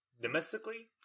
Domestically